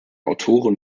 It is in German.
autoren